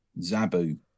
Zabu